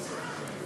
התשע"ו 2016,